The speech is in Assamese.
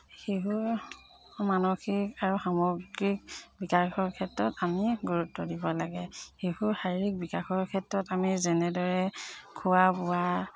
শিশুৰ মানসিক আৰু সামগ্ৰিক বিকাশৰ ক্ষেত্ৰত আমি গুৰুত্ব দিব লাগে শিশুৰ শাৰীৰিক বিকাশৰ ক্ষেত্ৰত আমি যেনেদৰে খোৱা বোৱা